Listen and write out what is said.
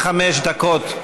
עד חמש דקות,